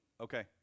Okay